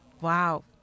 wow